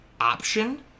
option